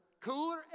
cooler